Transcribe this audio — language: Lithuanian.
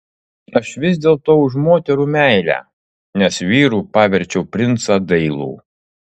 aš vis dėlto už moterų meilę nes vyru paverčiau princą dailų